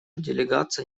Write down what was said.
делегация